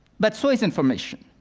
but so is information.